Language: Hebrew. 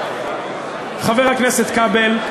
חבר הכנסת כבל,